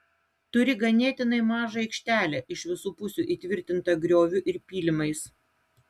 turi ganėtinai mažą aikštelę iš visų pusių įtvirtintą grioviu ir pylimais